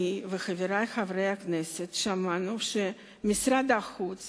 אני וחברי חברי הכנסת שמענו שמשרד החוץ